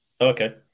okay